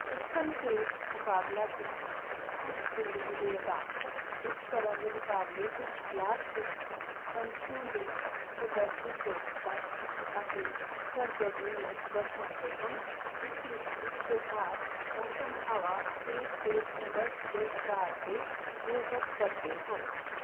ਸਿੱਖਣ ਅਤੇ ਮੁਕਾਬਲਾ ਕੀ ਕੁਛ ਜ਼ਿੰਦਗੀ ਦੇ ਆਧਾਰ ਇਸ ਤਰ੍ਹਾਂ ਦੇ ਮੁਕਾਬਲੇ ਕੁਛ ਹਾਲਾਤ ਵਿੱਚ ਪੰਛੀਆਂ ਦੇ ਕੁਦਰਤੀ ਯੋਗਤਾ ਅਤੇ ਸਰਗਰਮੀ ਨੂੰ ਦਰਸਾਉਂਦੇ ਹਨ ਜਿਸ ਵਿੱਚ ਜਿੱਤ ਅਤੇ ਹਾਰ ਮੌਸਮ ਹਵਾ ਸੇਧ ਅਤੇ ਸੰਘਰਸ਼ ਦੇ ਆਧਾਰ 'ਤੇ ਨਿਰਭਰ ਕਰਦੇ ਹਨ